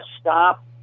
stop